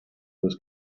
was